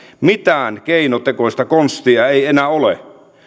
mitään keinotekoista konstia ei enää ole